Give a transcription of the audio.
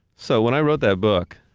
so when i wrote that book,